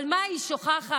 אבל מה היא שוכחת?